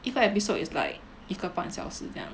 一个 episode is like 一个半小时这样